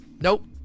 nope